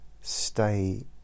stay